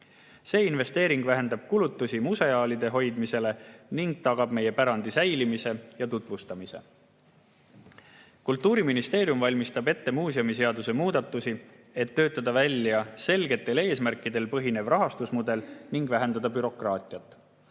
See investeering vähendab kulutusi museaalide hoidmisele ning tagab meie pärandi säilimise ja tutvustamise. Kultuuriministeerium valmistab ette muuseumiseaduse muudatusi, et töötada välja selgetel eesmärkidel põhinev rahastusmudel ning vähendada bürokraatiat.